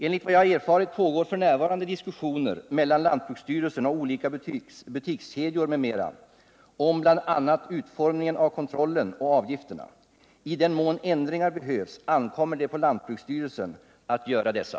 Enligt vad jag erfarit pågår f. n. diskussioner mellan lantbruksstyrelsen och olika butikskedjor m.m. om bl.a. utformningen av kontrollen och avgifterna. I den mån ändringar behövs ankommer det på lantbruksstyrelsen att göra dessa.